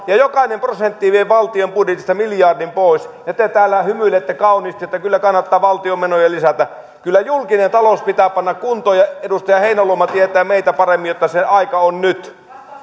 ja jokainen prosentti vie valtion budjetista miljardin pois te täällä hymyilette kauniisti että kyllä kannattaa valtion menoja lisätä kyllä julkinen talous pitää panna kuntoon ja edustaja heinäluoma tietää meitä paremmin että se aika on nyt